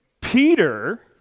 Peter